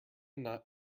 nut